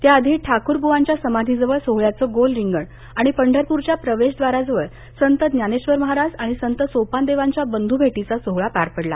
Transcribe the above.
त्याआधी ठाकूर ब्वांच्या समाधीजवळ सोहळ्याचं गोल रिंगण आणि पंढरपूरच्या प्रवेशदवाराजवळ संत ज्ञानेश्वर महाराज आणि संत सोपानदेवांच्या बंध्भेटीचा सोहळा पार पडला